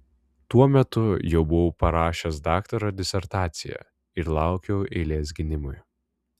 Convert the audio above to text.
tuo metu jau buvau parašęs daktaro disertaciją ir laukiau eilės gynimui